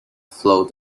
flow